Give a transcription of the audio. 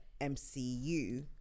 MCU